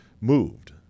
moved